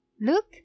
Look